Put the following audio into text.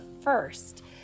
first